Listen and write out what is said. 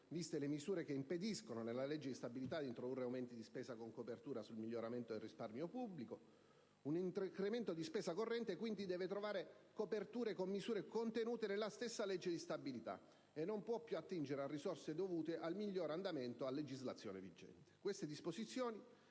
viste le misure che impediscono, nella legge di stabilità, di introdurre aumenti di spesa con copertura sul miglioramento del risparmio pubblico; un incremento di spesa corrente, quindi, deve trovare coperture con misure contenute nella stessa legge di stabilità e non può più attingere a risorse dovute al miglior andamento a legislazione vigente.